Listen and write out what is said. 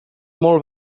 molt